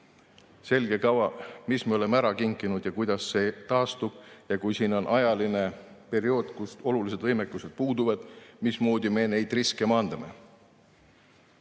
selge kava, mis me oleme ära kinkinud ja kuidas see [varu] taastub. Kui siin on ajaline periood, kus olulised võimekused puuduvad, siis mismoodi me neid riske maandame?